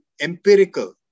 empirical